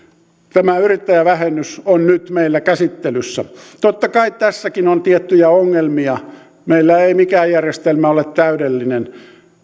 yrittäjävähennys on nyt meillä käsittelyssä totta kai tässäkin on tiettyjä ongelmia meillä ei mikään järjestelmä ole täydellinen